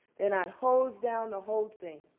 then i'd hose down the whole thing.